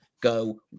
go